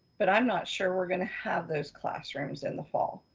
but i'm not sure we're gonna have those classrooms in the fall.